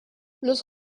los